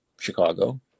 Chicago